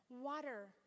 Water